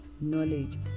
knowledge